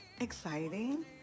exciting